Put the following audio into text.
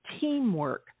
teamwork